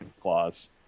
clause